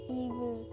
evil